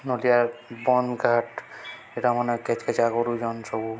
ନଦଆ ବନ କାଟ ଏଟା ମାନେ ଆଗରୁ ଜନ ସବୁ